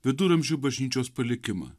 viduramžių bažnyčios palikimą